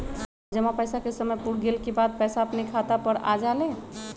हमर जमा पैसा के समय पुर गेल के बाद पैसा अपने खाता पर आ जाले?